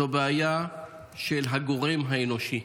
זו בעיה של הגורם האנושי.